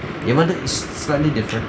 their method is slightly different